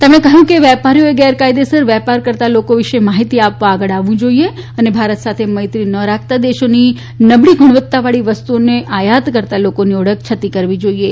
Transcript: તેમણે કહયું કે વેપારીઓએ ગેરકાયદેસર વેપાર કરતા લોકો વિશે માહિતી આપવા આગળ આવવુ જોઇએ અને ભારત સાથે મૈત્રી ન રાખતા દેશોની નબળી ગુણવત્તા વાળી વસ્તુઓની આયાત કરતા લોકોની ઓળખ છતી કરવી જોઇએ